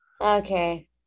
okay